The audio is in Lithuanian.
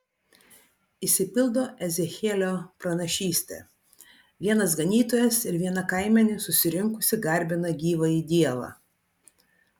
išsipildo ezechielio pranašystė vienas ganytojas ir viena kaimenė susirinkusi garbina gyvąjį dievą